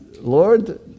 Lord